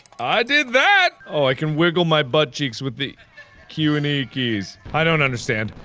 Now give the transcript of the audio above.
i did that oh i can wiggle my buttcheeks with the q and e keys i don't understand.